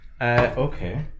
Okay